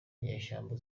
inyeshyamba